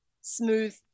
smooth